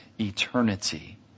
eternity